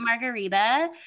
margarita